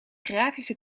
grafische